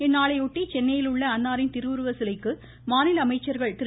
இந்நாளையொட்டி சென்னையில் உள்ள அன்னாரின் திருவுருவ சிலைக்கு மாநில அமைச்சர்கள் திரு